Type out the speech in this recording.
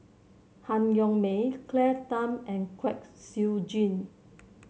Han Yong May Claire Tham and Kwek Siew Jin